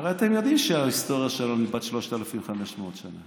הרי אתם יודעים שההיסטוריה שלנו היא בת 3,500 שנה.